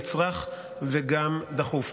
הוא בוודאי גם נצרך וגם דחוף.